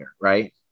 right